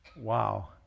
Wow